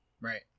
Right